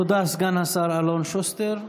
תודה, סגן השר אלון שוסטר.